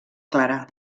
clarà